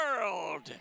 world